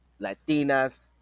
Latinas